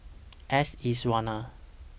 S Iswaran